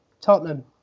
Tottenham